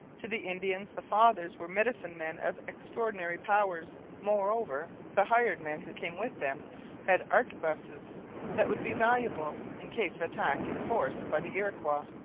to the indians the fathers were medicine-men of extraordinary powers moreover, the hired men who came with them had arquebuses that would be valuable in case of attack in force by the iroquois.